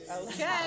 Okay